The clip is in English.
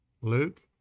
Luke